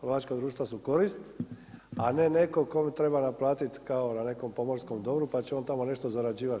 Lovačka društva su korist a ne netko kome treba naplatiti kao na nekom pomorskom dobru pa će on tamo nešto zarađivati.